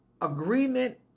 agreement